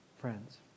Friends